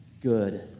good